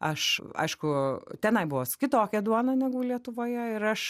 aš aišku tenai buvo kitokia duona negu lietuvoje ir aš